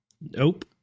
Nope